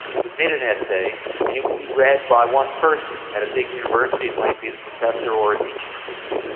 submit an essay and it will be read by one person. at a big university it might be the professor or a teaching assistant.